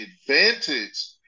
advantage